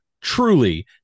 truly